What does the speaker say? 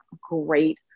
great